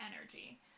energy